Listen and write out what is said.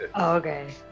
okay